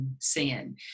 sin